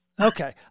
Okay